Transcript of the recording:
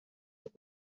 los